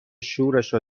شورشو